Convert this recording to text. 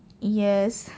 yes